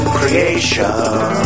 creation